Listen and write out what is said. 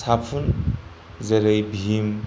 साफुन जेरै भिम